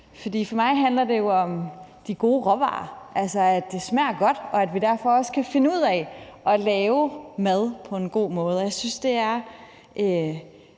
For mig handler det jo om de gode råvarer, altså at det smager godt, og at vi derfor også kan finde ud af at lave mad på en god måde, og jeg synes, det er